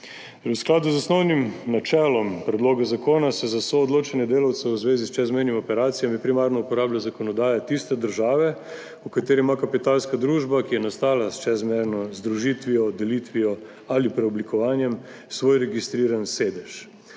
V skladu z osnovnim načelom predloga zakona se za soodločanje delavcev v zvezi s čezmejnimi operacijami primarno uporablja zakonodaja tiste države, v kateri ima kapitalska družba, ki je nastala s čezmejno združitvijo, delitvijo ali preoblikovanjem, svoj registriran sedež.